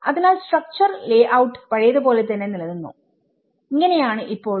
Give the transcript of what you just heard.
അതിനാൽ structure layout പഴയത് പോലെ തന്നെ നിലനിന്നു ഇങ്ങനെ ആണ് ഇപ്പോൾ